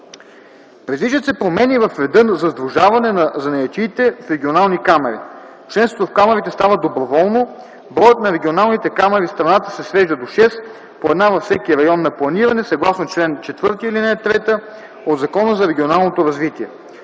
Предвиждат се промени в реда за сдружаване на занаятчиите в регионални камари. Членството в камарите става доброволно. Броят на регионалните камари в страната се свежда до 6 – по една във всеки район на планиране съгласно чл. 4, ал. 3 от Закона за регионалното развитие.